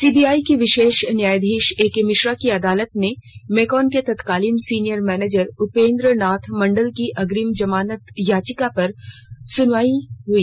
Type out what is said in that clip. CBI के विशेष न्यायाधीश एके मिश्रा की अदालत में मेकॉन के तत्कालीन सीनियर मैनेजर उपेंद्र नाथ मंडल की अग्रिम जमानत याचिका पर सुनवाई हुई